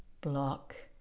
block